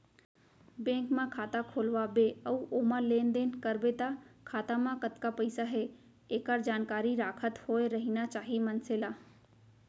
bank म खाता खोलवा बे अउ ओमा लेन देन करबे त खाता म कतका पइसा हे एकर जानकारी राखत होय रहिना चाही मनसे ल